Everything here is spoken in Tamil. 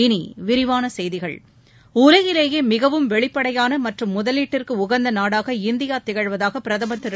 இனி விரிவான செய்திகள் உலகிலேயே மிகவும் வெளிப்படையான மற்றும் முதலீட்டுக்கு உகந்த நாடாக இந்தியா திகழ்வதாக பிரதமர் திரு